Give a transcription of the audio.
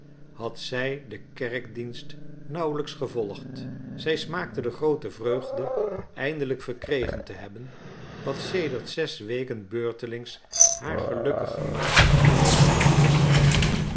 had zij den kerkdienst nauwelijks gevolgd zij smaakte de groote vreugde eindelijk verkregen te hebben wat sedert zes weken beurtelings haar gelukkig gemaakt en verontrust had